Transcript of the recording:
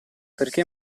perché